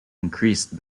increased